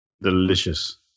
Delicious